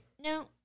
no